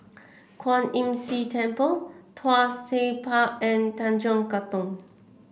Kwan Imm See Temple Tuas Tech Park and Tanjong Katong